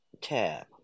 tab